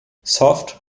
soft